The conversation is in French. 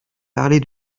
parler